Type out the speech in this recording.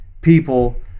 people